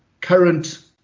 current